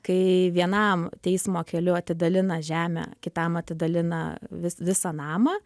kai vienam teismo keliu atidalina žemę kitam atidalina vis visą namą